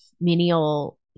menial